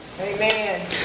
Amen